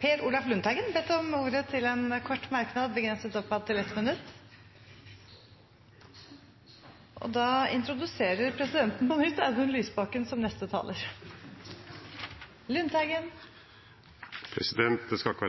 Per Olaf Lundteigen har hatt ordet to ganger tidligere og får ordet til en kort merknad, begrenset til 1 minutt. Det skal ikke være